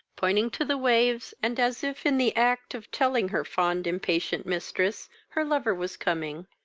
pointing to the waves, and as if in the act of telling her fond, impatient mistress her lover was coming,